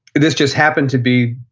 this just happened to be,